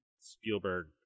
spielberg